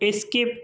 skip